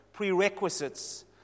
prerequisites